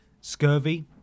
Scurvy